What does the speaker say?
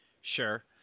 Sure